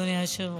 אדוני היושב-ראש.